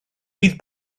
bydd